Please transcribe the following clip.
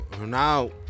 Now